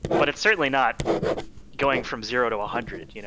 but it's certainly not going from zero to a hundred. you know